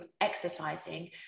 exercising